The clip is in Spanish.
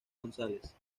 gonzález